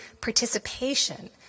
participation